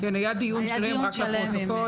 רק לפרוטוקול,